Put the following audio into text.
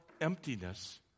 emptiness